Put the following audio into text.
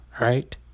right